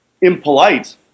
impolite